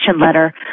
letter